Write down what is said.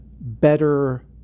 better